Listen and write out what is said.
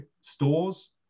stores